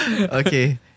okay